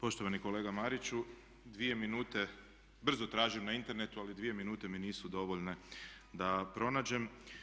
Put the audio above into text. Poštovani kolega Mariću, dvije minute, brzo tražim na internetu, ali dvije minute mi nisu dovoljne da pronađem.